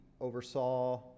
oversaw